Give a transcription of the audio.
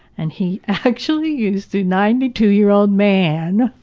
and he actually used to, ninety two year old man,